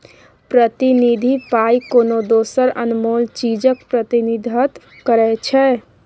प्रतिनिधि पाइ कोनो दोसर अनमोल चीजक प्रतिनिधित्व करै छै